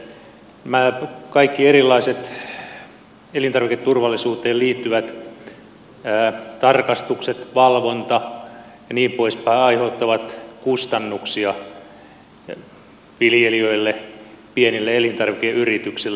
mutta kaikki erilaiset elintarviketurvallisuuteen liittyvät tarkastukset valvonta ja niin poispäin aiheuttavat kustannuksia viljelijöille pienille elintarvikeyrityksille